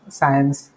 science